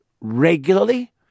regularly